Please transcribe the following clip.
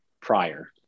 prior